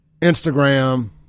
Instagram